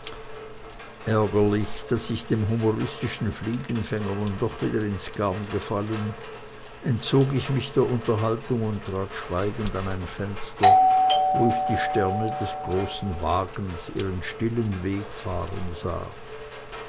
ärgerlich daß ich dem humoristischen fliegenfänger nun doch wieder ins garn gefallen entzog ich mich der unterhaltung und trat schweigend an ein fenster wo ich die sterne des großen wagens ihren stillen weg fahren sah